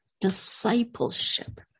Discipleship